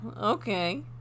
Okay